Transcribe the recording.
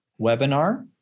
webinar